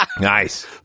Nice